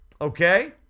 Okay